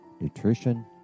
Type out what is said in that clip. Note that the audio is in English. nutrition